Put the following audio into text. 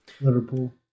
Liverpool